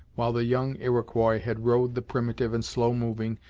while the young iroquois had rowed the primitive and slow-moving,